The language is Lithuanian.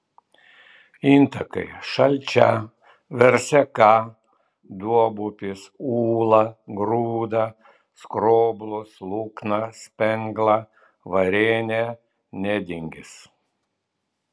intakai šalčia verseka duobupis ūla grūda skroblus lukna spengla varėnė nedingis